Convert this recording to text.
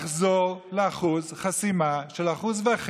לחזור לאחוז חסימה של 1.5%?